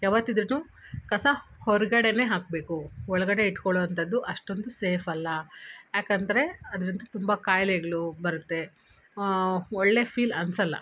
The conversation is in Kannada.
ಯಾವತ್ತಿದ್ರು ಕಸ ಹೊರ್ಗಡೆ ಹಾಕಬೇಕು ಒಳಗಡೆ ಇಟ್ಕೊಳೋ ಅಂಥದ್ದು ಅಷ್ಟೊಂದು ಸೇಫ್ ಅಲ್ಲ ಯಾಕಂದರೆ ಅದ್ರಿಂದ ತುಂಬ ಕಾಯಿಲೆಗ್ಳು ಬರುತ್ತೆ ಒಳ್ಳೆ ಫೀಲ್ ಅನಿಸಲ್ಲ